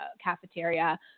cafeteria